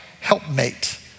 helpmate